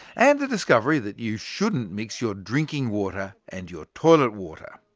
and the discovery that you shouldn't mix your drinking water and your toilet water.